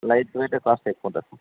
lightweight cost ఎక్కువ ఉంటుంది sir